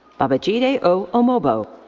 babajide o. omobo.